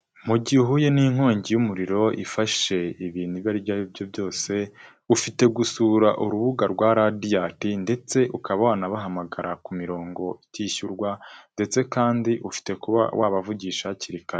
Mu gihe uhuye n'inkongi y'umuriro ifashe ibintu ibaryo ari byo byose, ufite gusura urubuga rwa radiyanti ndetse ukaba wanabahamagara ku mirongo itishyurwa ndetse kandi ufite kuba wabavugisha hakiri kare.